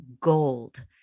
gold